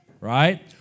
right